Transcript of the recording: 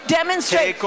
Demonstrate